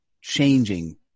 changing